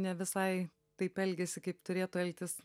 ne visai taip elgiasi kaip turėtų elgtis